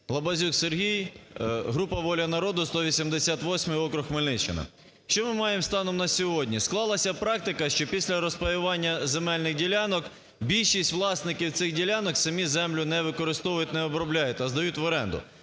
Лабазюк Сергій, група "Воля народу", 188 округ, Хмельниччина. Що ми маємо станом на сьогодні? Склалася практика, що після розпаювання земельних ділянок більшість власників цих ділянок самі землю не використовують, не обробляють, а здають в оренду.